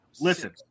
Listen